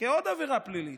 כעוד עבירה פלילית.